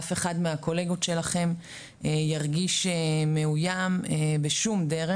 אף אחד מהקולגות שלכם ירגיש מאוים בשום דרך.